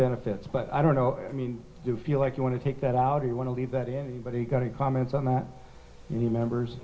benefits but i don't know i mean you feel like you want to take that out or you want to leave that anybody got a comment on that new members